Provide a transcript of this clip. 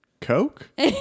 Coke